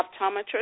optometrist